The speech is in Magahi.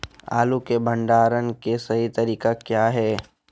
आलू के भंडारण के सही तरीका क्या है?